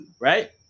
right